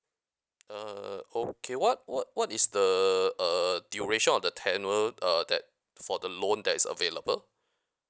uh okay what what what is the uh duration of the tenure uh that for the loan that is available